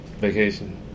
vacation